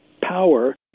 power